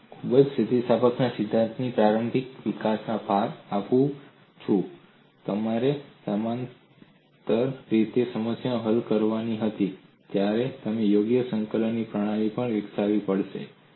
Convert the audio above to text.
અને આ જ હું સ્થિતિસ્થાપકતાના સિદ્ધાંતના પ્રારંભિક વિકાસમાં ભાર આપું છું જ્યારે તેમને સમાંતર રીતે સમસ્યા હલ કરવાની હતી ત્યારે તેમને યોગ્ય સંકલન પ્રણાલી પણ વિકસાવવી પડી હતી